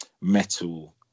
metal